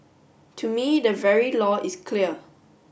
to me the very law is clear